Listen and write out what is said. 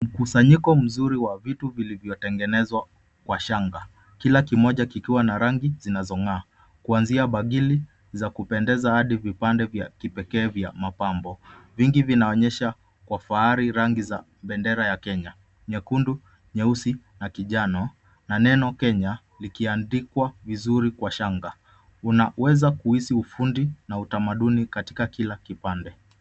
Mkusanyiko mzuri wa vitu vilivyotengenezwa kwa shanga kila kimoja kikiwa na rangi zinazong'aa kuanzia bagili za kupendeza hadi vipande vya kipekee vya mapambo vingi vinaonyesha kwa fahari rangi za bendera ya Kenya ,nyekundu ,nyeusi na kijano na neno Kenya likiandikwa vizuri kwa shanga unaweza kuhisi ufundi na utamaduni katika kila kipande.